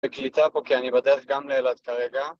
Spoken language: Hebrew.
קליטה פה, כי אני בדרך גם לאילת כרגע